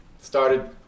started